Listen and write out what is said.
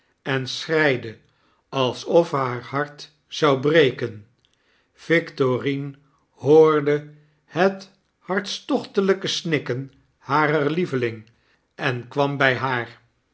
en schreide alsof haar hart zou breken victorine hoorde het hartstochtelpe snikken harer lieveling en kwam by haar